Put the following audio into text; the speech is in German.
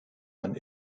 man